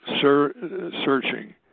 searching